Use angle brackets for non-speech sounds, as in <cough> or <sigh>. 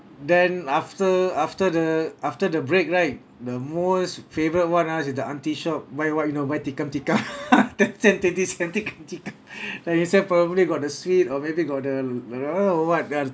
then after after the after the break right the most favourite one ah is the aunty shop buy what you know buy tikam tikam <laughs> ten cent twenty cent tikam tikam <breath> like they sell probably got the sweet or maybe got the what the